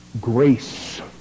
Grace